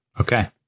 Okay